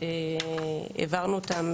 שהעברנו אותם,